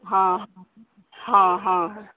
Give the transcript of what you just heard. हँ हँ हँ